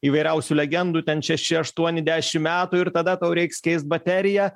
įvairiausių legendų ten šeši aštuoni dešim metų ir tada tau reiks keisti bateriją